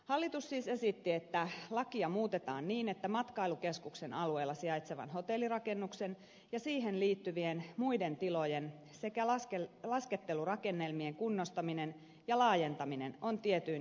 hallitus siis esitti että lakia muutetaan niin että matkailukeskuksen alueella sijaitsevan hotellirakennuksen ja siihen liittyvien muiden tilojen sekä laskettelurakennelmien kunnostaminen ja laajentaminen on tietyin edellytyksin mahdollista